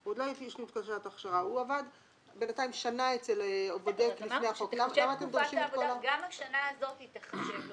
הוא עבד שנה אצל --- גם השנה הזו תיחשב לו.